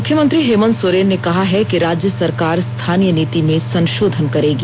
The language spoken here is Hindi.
मुख्यमंत्री हेमंत सोरेन ने कहा है कि राज्य सरकार स्थानीय नीति में संशोधन करेगी